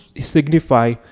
signify